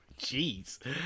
jeez